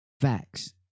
Facts